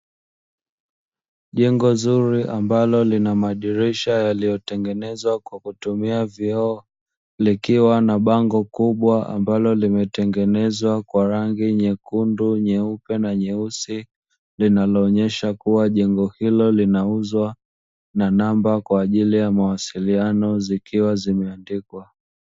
Jengo nzuri ambalo lina madirisha yaliyotengenezwa kwa kutumia vioo likiwa na bango kubwa ambalo lililotengenezwa kwa rangi nyekundu, nyeupe na nyeusi. Linaloonyesha kuwa jengo hilo linauzwa na namba kwa ajili ya mawasiliano zikiwa zimeandikwa.